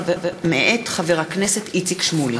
מאת חברי הכנסת עודד פורר,